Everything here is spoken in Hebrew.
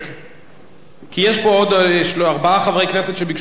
כי יש פה עוד ארבעה חברי כנסת שביקשו להביע עמדה נוספת,